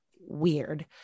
Weird